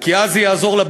בארץ-ישראל וחיים של שלום